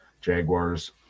Jaguars